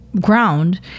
ground